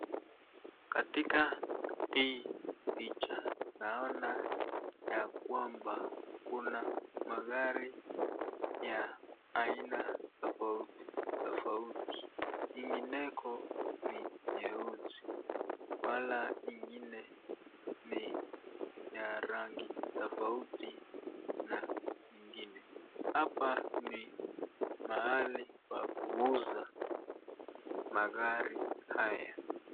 Katika hii picha naona ya kwamba kuna magari ya aina tofauti tofauti, ingineko ni nyeusi wala ingine ni ya rangi tofauti na ingine, hapa ni mahali pa kuuza magari haya.